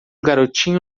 garotinho